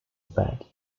bad